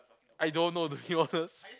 I don't know to be honest